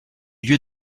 lieu